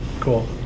Cool